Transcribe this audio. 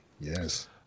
yes